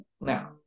now